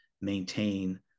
maintain